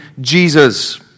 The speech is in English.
jesus